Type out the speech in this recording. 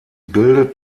bildet